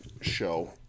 show